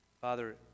Father